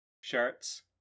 shirts